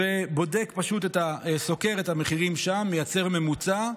וסוקר את המחירים שם, מייצר ממוצע,